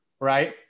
right